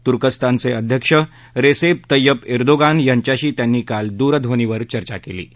बुर्कस्तानच अध्यक्ष रस्ता Tayyip Erdogan यांच्याशी त्यांनी काल दूरध्वनीवर चर्चा क्वी